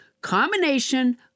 combination